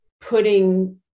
putting